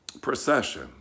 procession